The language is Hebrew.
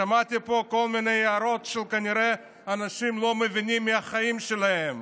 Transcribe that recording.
שמעתי פה כל מיני הערות של אנשים שכנראה לא מבינים מהחיים שלהם.